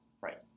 Right